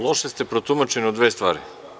Loše ste protumačeni u dve stvari?